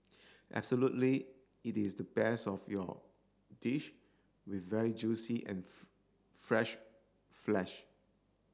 absolutely it is the best of your dish with very juicy and fresh flesh